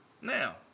Now